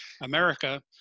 America